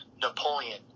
Napoleon